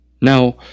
Now